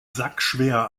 sackschwer